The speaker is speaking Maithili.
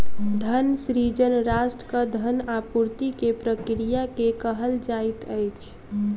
धन सृजन राष्ट्रक धन आपूर्ति के प्रक्रिया के कहल जाइत अछि